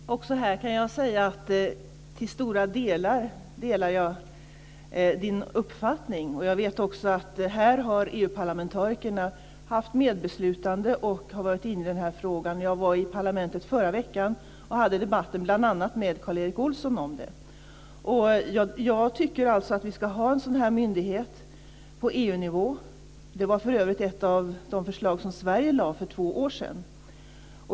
Fru talman! Också här kan jag säga att jag till stora delar delar Eskil Erlandssons uppfattning. Jag vet också att EU-parlamentarikerna här har haft medbeslutande och varit inne i frågan. Jag var i parlamentet i förra veckan och hade debatt med bl.a. Karl Erik Olsson om det. Jag tycker att vi ska ha en myndighet på EU-nivå. Det var för övrigt ett av de förslag som Sverige lade fram för två år sedan.